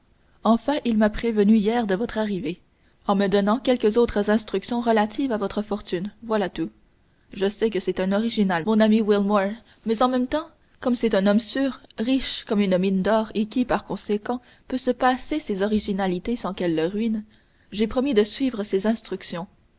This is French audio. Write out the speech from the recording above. enfin il m'a prévenu hier de votre arrivée en me donnant encore quelques autres instructions relatives à votre fortune voilà tout je sais que c'est un original mon ami wilmore mais en même temps comme c'est un homme sûr riche comme une mine d'or qui par conséquent peut se passer ses originalités sans qu'elles le ruinent j'ai promis de suivre ses instructions